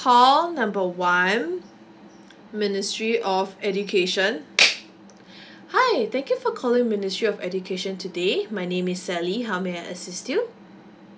call number one ministry of education hi thank you for calling ministry of education today my name is sally how may I assist you